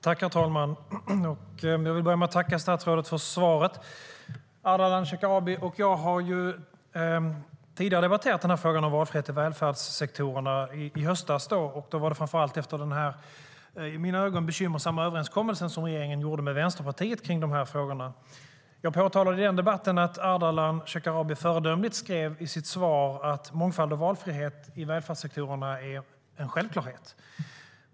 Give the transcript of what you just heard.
Herr talman! Jag vill börja med att tacka statsrådet för svaret. Ardalan Shekarabi och jag har tidigare, i höstas, debatterat frågan om valfrihet i välfärdssektorerna. Då var det framför allt efter den i mina ögon bekymmersamma överenskommelse som regeringen gjorde med Vänsterpartiet i dessa frågor. Jag påtalade i den debatten att Ardalan Shekarabi föredömligt skrev i sitt svar att mångfald och valfrihet i välfärdssektorerna är en självklarhet.